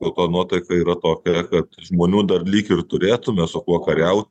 nu ta nuotaika yra tokia kad žmonių dar lyg ir turėtume su kuo kariaut